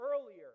earlier